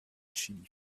chili